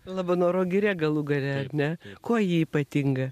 labanoro giria galų gale ar ne kuo ji ypatinga